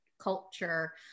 Culture